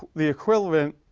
the equivalent,